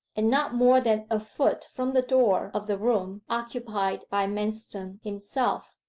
and not more than a foot from the door of the room occupied by manston himself,